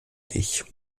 ich